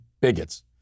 bigots